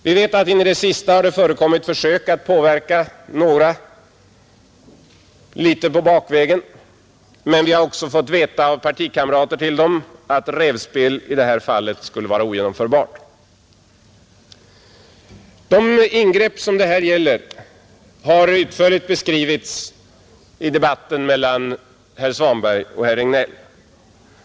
Vi vet att det in i det sista förekommit försök att påverka några ledamöter, men vi har också av partikamrater till dem fått veta, att rävspel i det här fallet skulle vara ogenomförbart. De ingrepp det här gäller har utförligt beskrivits i debatten mellan herr Svanberg och herr Regnéll.